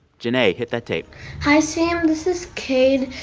jinae, hit that tape hi, sam. this is cade.